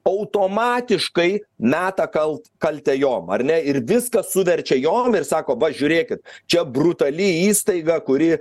automatiškai meta kal kaltę jom ar ne ir viską suverčia jom ir sako va žiūrėkit čia brutali įstaiga kuri